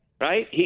Right